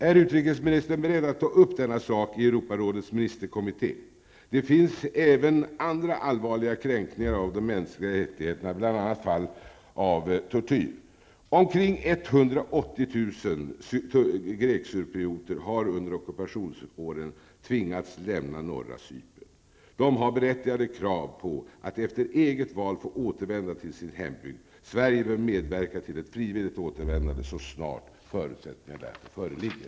Är utrikesministern beredd att ta upp denna sak i Europarådets ministerkommitté? Det finns även andra allvarliga kränkningar av de mänskliga rättigheterna, bl.a. fall av tortyr. Omkring 180 000 grekcyprioter har under ockupationsåren tvingats lämna norra Cypern. De har berättigade krav på att efter eget val få återvända till sin hembygd. Sverige bör medverka till ett frivilligt återvändande så snart förutsättningar därför föreligger.